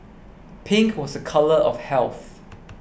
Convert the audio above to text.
pink was a colour of health